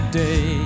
day